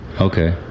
Okay